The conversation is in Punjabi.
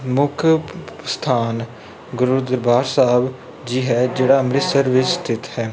ਮੁੱਖ ਸਥਾਨ ਗੁਰੂ ਦਰਬਾਰ ਸਾਹਿਬ ਜੀ ਹੈ ਜਿਹੜਾ ਅੰਮ੍ਰਿਤਸਰ ਵਿੱਚ ਸਥਿਤ ਹੈ